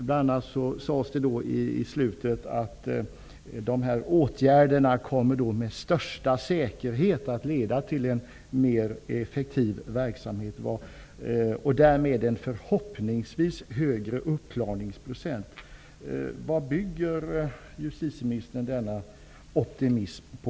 Justitieministern säger bl.a. i slutet av svaret att dessa åtgärder med största säkerhet kommer att leda till en mer effektiv verksamhet och därmed förhoppningsvis en högre uppklaringsprocent. Vad bygger justitieministern denna optimism på?